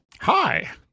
Hi